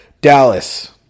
Dallas